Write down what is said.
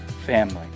family